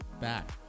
back